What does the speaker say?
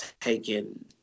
taken